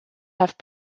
have